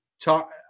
talk